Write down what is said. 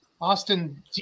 Austin